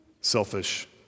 Selfish